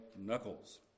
knuckles